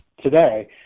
today